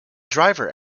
driver